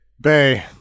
Bay